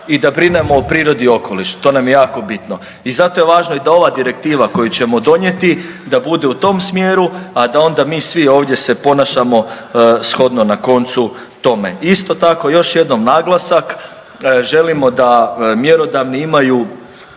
i da brinemo o prirodi okoliša to nam je jako bitno i zato je važno da i ova Direktiva koju ćemo donijeti da bude u tom smjeru, a da onda mi svi ovdje se ponašamo shodno na koncu tome. Isto tako još jednom naglasak. Želimo da mjerodavni imaju